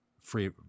free